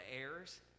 errors